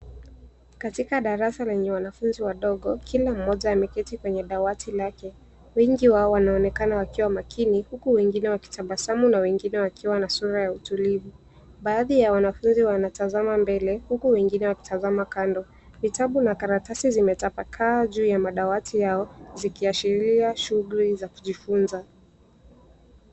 Katika darasa lenye wanafunzi wadogo, kila mmoja ameketi kwenye dawati lake. Wengi wao wanaonekana wakiwa makini, huku wengine wakitabasamu na wengine wakiwa na sura ya utulivu. Baadhi ya wanafunzi wanatazama mbele huku wengine wakitazama kando. Vitabu na karatasi zimetapakaa juu ya madawati yao zikiashiria shughuli za kujifunza.